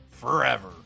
forever